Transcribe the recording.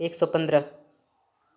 एक सए पन्द्रह